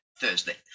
Thursday